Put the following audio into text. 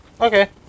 Okay